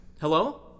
Hello